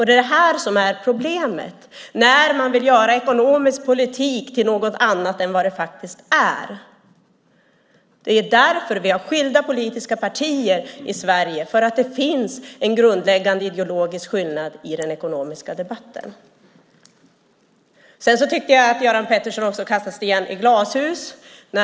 Det som är problemet är att man vill göra ekonomisk politik till något annat än vad det faktiskt är. Vi har skilda politiska partier i Sverige därför att det finns en grundläggande ideologisk skillnad i den ekonomiska debatten. Jag tycker att Göran Pettersson kastar sten i glashus.